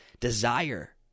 desire